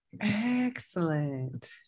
Excellent